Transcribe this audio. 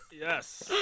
Yes